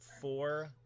four